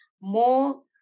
more